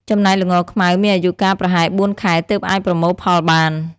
ចំណែកល្ងខ្មៅ មានអាយុកាលប្រហែល ៤ ខែទើបអាចប្រមូលផលបាន។